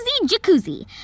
Jacuzzi